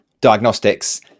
diagnostics